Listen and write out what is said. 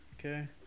Okay